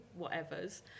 whatevers